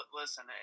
listen